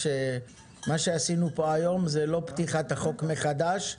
שמה שעשינו פה היום זה לא פתיחת החוק מחדש,